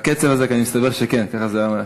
בקצב הזה מסתבר שכן, ככה זה.